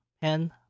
pen